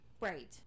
right